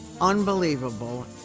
Unbelievable